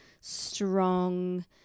strong